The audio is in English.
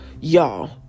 Y'all